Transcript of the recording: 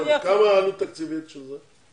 כמה העלות התקציבית של זה?